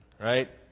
right